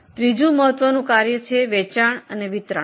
ત્રીજું મહત્વનું ફંકશન વેચાણ અને વિતરણ છે